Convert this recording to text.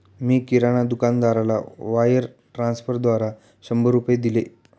मी किराणा दुकानदाराला वायर ट्रान्स्फरद्वारा शंभर रुपये दिले